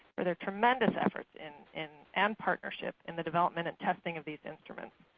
for their tremendous efforts in in and partnership in the development and testing of these instruments.